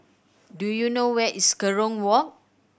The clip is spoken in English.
do you know where is Kerong Walk